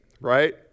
right